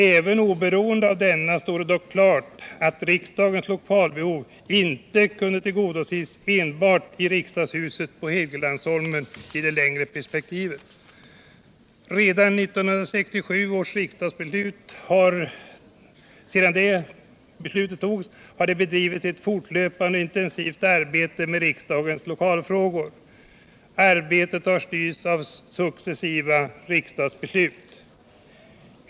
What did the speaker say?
Även oberoende av denna stod det dock redan då klart att riksdagens lokalbehov inte kunde tillgodoses enbart i riksdagshuset på Helgeandsholmen i det längre perspektivet. Sedan 1967 års riksdagsbeslut har det bedrivits ett fortlöpande och intensivt arbete med riksdagens lokalfrågor. Arbetet har styrts av successiva riksdagsbeslut.